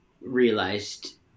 realized